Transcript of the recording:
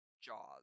Jaws